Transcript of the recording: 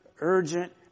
urgent